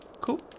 Cool